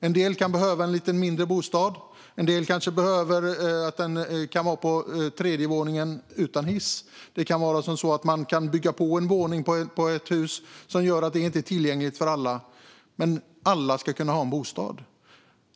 En del kan behöva en lite mindre bostad. För en del kan den vara på tredje våningen utan hiss. Man kan bygga på en våning på ett hus, vilket gör att det inte är tillgängligt för alla. Men alla ska kunna ha en bostad.